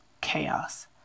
chaos